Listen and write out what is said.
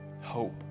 hope